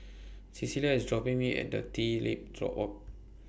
Clella IS dropping Me At The TreeTop Walk